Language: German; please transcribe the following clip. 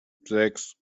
sechs